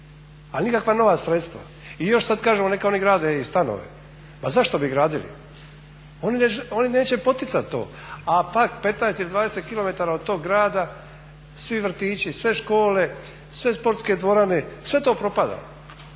a nikakva nova sredstva. I još sad kažemo neka oni grade i stanove. Pa zašto bi gradili? Oni neće poticati to. A pak 15 ili 20 km od tog grada svi vrtići, sve škole, sve sportske dvorane sve to propada.